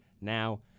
now